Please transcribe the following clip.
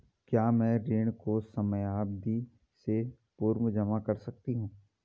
क्या मैं ऋण को समयावधि से पूर्व जमा कर सकती हूँ?